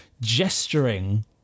gesturing